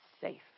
safe